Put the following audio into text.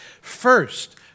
First